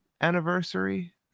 anniversary